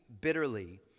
bitterly